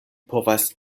povas